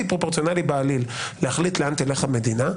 פרופורציונלי בעליל להחליט לאן תלך המדינה,